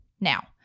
Now